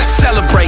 celebrate